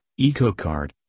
Ecocard